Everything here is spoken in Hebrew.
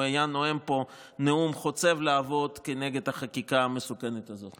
הוא היה נואם פה נאום חוצב להבות כנגד החקיקה המסוכנת הזאת.